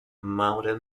mountain